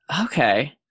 Okay